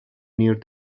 near